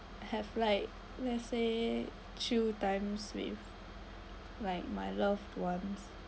have like let's say true times with like my loved ones